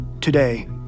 Today